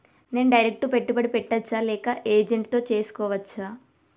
నేను డైరెక్ట్ పెట్టుబడి పెట్టచ్చా లేక ఏజెంట్ తో చేస్కోవచ్చా?